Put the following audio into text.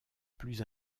plus